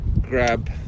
grab